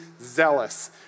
zealous